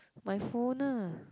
my phone ah